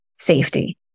safety